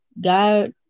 God